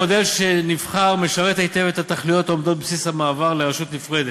המודל שנבחר משרת היטב את התכליות העומדות בבסיס המעבר לרשות נפרדת.